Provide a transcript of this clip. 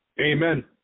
Amen